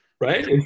Right